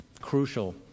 crucial